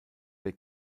der